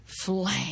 flame